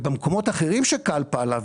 במקומות אחרים ש-כאן פעלה,